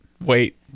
Wait